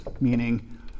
meaning